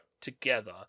together